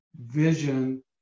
Vision